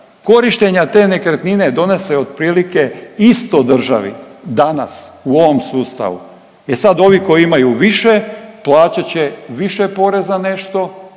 korištenja te nekretnine donose otprilike isto državi danas u ovom sustavu. E sad ovi koji imaju više plaćat će više poreza nešto